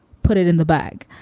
put it in the bag.